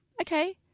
okay